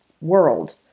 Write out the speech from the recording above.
world